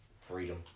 freedom